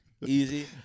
Easy